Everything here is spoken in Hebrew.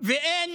אין